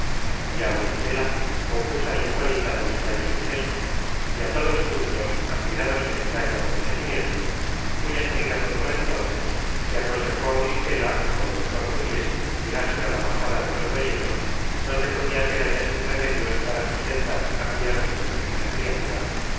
y á auristela confusa y atónita del extraño suceso y á todos juntos admirados del extraño acontecimiento cuya salida fué por entonces que aconsejó auristela que como mejor pudiesen llegasen á la majada de los boyeros donde podria ser hallasen remedios para sustentar aquella recien nacida criatura